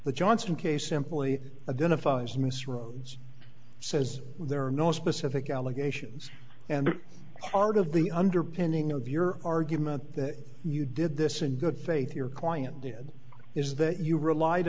the johnson case simply identifies mr rhodes says there are no specific allegations and part of the underpinning of your argument that you did this in good faith your client did is that you relied